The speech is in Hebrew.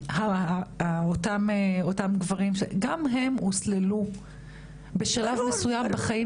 אותם גברים גם הם הוסללו בשלב מסוים בחיים